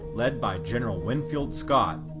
led by general winfield scott,